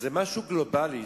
אז זה משהו גלובלי,